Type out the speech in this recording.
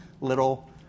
little